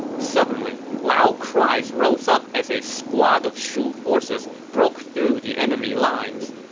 suddenly, loud cries rose up as a squad of shu forces broke through the enemy lines.